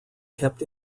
kept